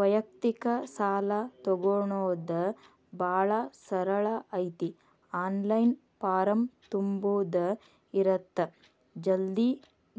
ವ್ಯಯಕ್ತಿಕ ಸಾಲಾ ತೊಗೋಣೊದ ಭಾಳ ಸರಳ ಐತಿ ಆನ್ಲೈನ್ ಫಾರಂ ತುಂಬುದ ಇರತ್ತ ಜಲ್ದಿ